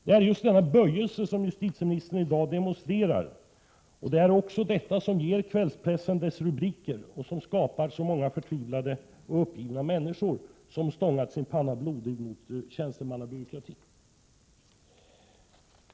Det är just denna böjelse som justitieministern demonstrerar. Det är också detta som ger kvällspressen dess rubriker och som skapar så många förtvivlade och uppgivna människor som stångat sin panna blodig mot en tjänstemannabyråkrati.